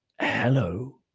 hello